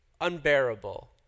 unbearable